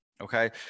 Okay